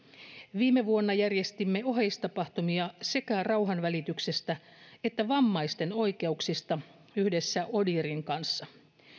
viime vuonna järjestimme oheistapahtumia sekä rauhanvälityksestä että vammaisten oikeuksista yhdessä odihrin kanssa